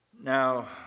Now